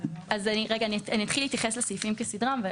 אני אתחיל להתייחס לסעיפים כסדרם.